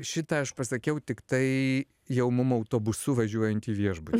šitą aš pasakiau tiktai jau mum autobusu važiuojant į viešbutį